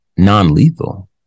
non-lethal